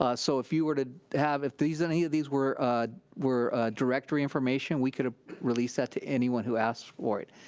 ah so if you were to have, if these, any of these were ah were directory information, we could release that to anyone who asks for it.